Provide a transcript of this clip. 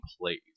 plays